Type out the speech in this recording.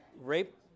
rape